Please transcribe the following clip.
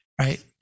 Right